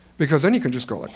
because then you can just go, like